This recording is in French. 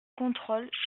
contrôle